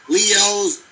Leo's